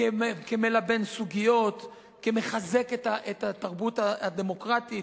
כמלבן סוגיות, כמחזק את התרבות הדמוקרטית,